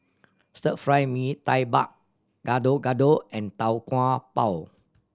Stir Fried Mee Tai Mak Gado Gado and Tau Kwa Pau